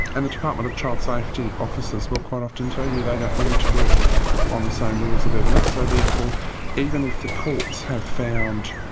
and the department of child safety officers will quite often tell you they don't need to work on the same rules of evidence, so therefore even if the courts have found,